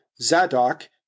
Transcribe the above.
Zadok